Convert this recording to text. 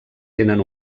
tenen